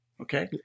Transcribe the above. Okay